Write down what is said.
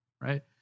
right